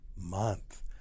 month